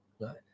right